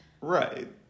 Right